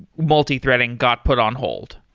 multithreading got put on hold.